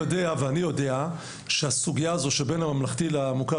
הרי אתה יודע ואני יודע שהסוגיה הזו שבין הממלכתי למוכר